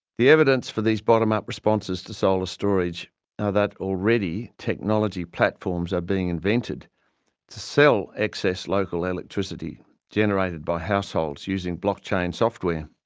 the evidence for these bottom-up responses to solar storage are that already technology platforms are being invented to sell excess local electricity generated by households using blockchain software.